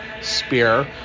Spear